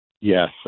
yes